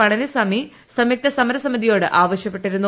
പളനിസാമി സംയുക്ത സമര സമിതിയോട് ആവശ്യപ്പെട്ടിരുന്നു